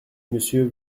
monsieur